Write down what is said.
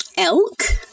elk